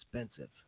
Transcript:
expensive